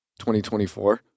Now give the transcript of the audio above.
2024